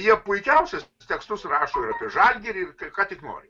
jie puikiausias tekstus rašo ir apie žalgirį ir ką tik nori